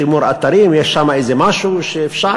שימור אתרים יש שם איזה משהו שאפשר.